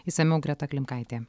išsamiau greta klimkaitė